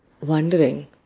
wondering